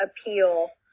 appeal